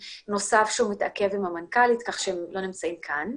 נוסף עם המנכ"לית שהוא מתעכב כך שהם לא נמצאים כאן.